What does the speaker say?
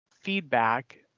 feedback